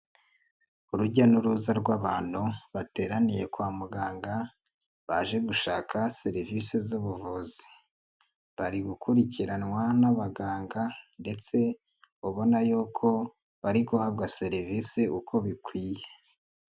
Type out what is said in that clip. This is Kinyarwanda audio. Urujya n'uruza rw'abantu bateraniye kwa muganga baje gushaka serivise z'ubuvuzi, bari gukurikiranwa n'abaganga ndetse ubona y'uko bari guhabwa serivise uko bikwiye.